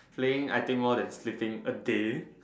playing I think more than sleeping a day